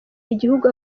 igihugu